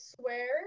swear